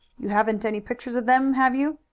you haven't any pictures of them, have you?